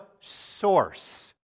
source